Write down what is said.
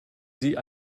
sie